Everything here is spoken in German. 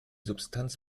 substanz